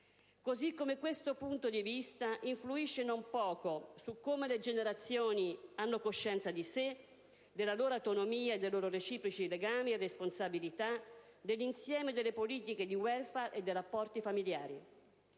Così come questo punto di vista influisce non poco su come le generazioni hanno coscienza di sé, della loro autonomia e dei loro reciproci legami e responsabilità, dell'insieme delle politiche di *welfare* e dei rapporti familiari.